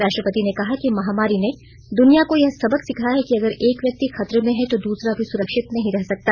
राष्ट्रपति ने कहा कि महामारी ने दुनिया को यह सबक सिखाया है कि अगर एक व्यंक्ति खतरे में है तो दूसरा भी सुरक्षित नहीं रह सकता